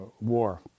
war